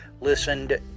listened